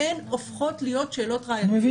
הן הופכות להיות שאלות ראייתיות.